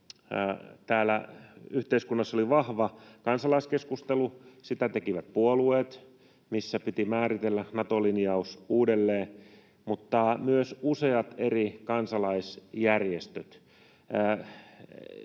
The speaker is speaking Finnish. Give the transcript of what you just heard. täällä yhteiskunnassa oli vahva kansalaiskeskustelu. Sitä tekivät puolueet, missä piti määritellä Nato-linjaus uudelleen, mutta myös useat eri kansalaisjärjestöt.